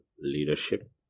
leadership